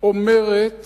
אומרת